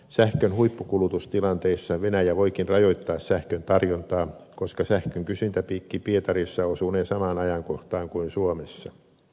sähkön huippukulutustilanteissa venäjä voikin rajoittaa sähkön tarjontaa koska sähkön kysyntäpiikki pietarissa osunee samaan ajankohtaan kuin suomessa